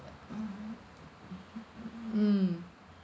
mmhmm mm